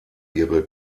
ihre